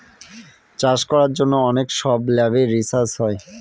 চাষ করার জন্য অনেক সব ল্যাবে রিসার্চ হয়